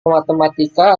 matematika